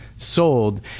sold